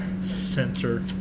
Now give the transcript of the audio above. center